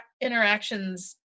interactions